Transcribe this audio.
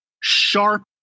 sharp